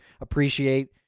appreciate